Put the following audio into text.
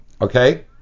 Okay